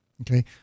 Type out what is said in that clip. Okay